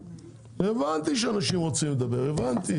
--- הבנתי שאנשים רוצים לדבר, הבנתי.